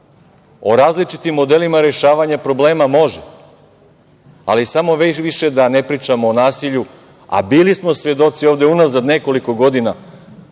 o različitim modelima rešavanja problema - može, ali samo više da ne pričamo o nasilju, a bili smo svedoci ovde unazad nekoliko godina